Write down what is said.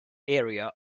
area